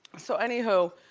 so, anywho.